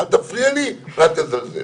אל תפריע לי ואל תזלזל.